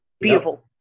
beautiful